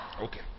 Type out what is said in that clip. Okay